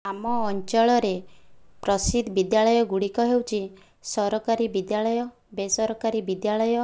ଆମ ଅଞ୍ଚଳରେ ପ୍ରସିଦ୍ଧ ବିଦ୍ୟାଳୟ ଗୁଡ଼ିକ ହେଉଛି ସରକାରୀ ବିଦ୍ୟାଳୟ ବେସରକାରୀ ବିଦ୍ୟାଳୟ